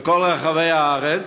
בכל רחבי הארץ,